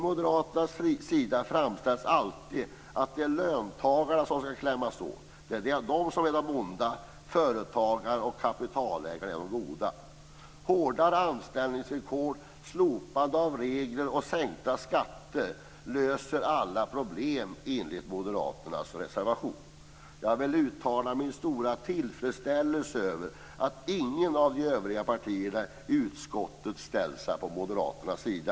Moderaterna framställer det alltid så att det är löntagarna som skall klämmas åt. Det är de som är de onda. Företagarna och kapitalägarna är de goda. Hårdare anställningsvillkor, slopande av regler och sänkta skatter löser alla problem enligt moderaternas reservation. Jag vill uttala min stora tillfredsställelse över att inget av de övriga partierna i utskottet ställt sig på moderaternas sida.